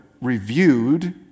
reviewed